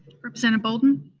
representative bolden?